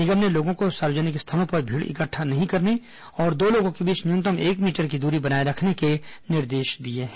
निगम ने लोगों को सार्वजनिक स्थलों पर भीड़ इकट्ठा नहीं करने और दो लोगों के बीच न्यूनतम एक मीटर की दूरी बनाए रखने के निर्देश दिए हैं